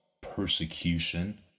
persecution